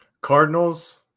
Cardinals